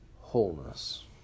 wholeness